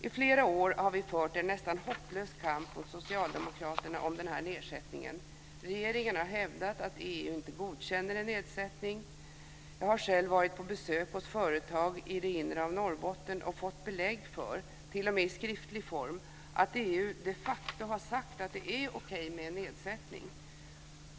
I flera år har vi fört en nästan hopplös kamp mot Socialdemokraterna om den här nedsättningen. Regeringen har hävdat att EU inte godkänner en nedsättning. Jag har själv varit på besök hos företag i det inre av Norrbotten och fått belägg för, t.o.m. i skriftlig form, att EU de facto har sagt att det är okej med en nedsättning.